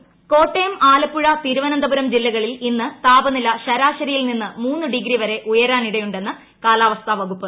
സംസ്ഥാനം ചൂട് കോട്ടയം ആലപ്പുഴ തിരുവനന്തപുരം ജില്ലകളിൽ ഇന്ന് താപനില ശരാശരിയിൽ നിന്ന് മൂന്ന് ഡിഗ്രിവരെ ഉയരാനിടയുണ്ടെന്ന് കാലാവസ്ഥാ വകുപ്പ്